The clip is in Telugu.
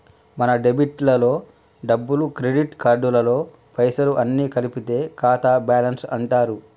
మన డెబిట్ లలో డబ్బులు క్రెడిట్ కార్డులలో పైసలు అన్ని కలిపి ఖాతా బ్యాలెన్స్ అంటారు